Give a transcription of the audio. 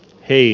hei